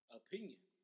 opinion